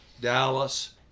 dallas